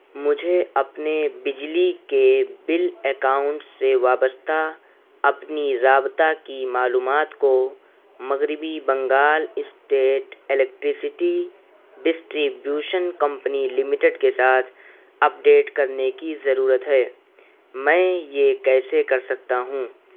مجھے اپنے بجلی کے بل اکاؤنٹ سے وابستہ اپنی رابطہ کی معلومات کو مغربی Bengal state electricity distribution company limited کے ساتھ اپڈیٹ کرنے کی ضرورت ہے میں یہ کیسے کر سکتا ہوں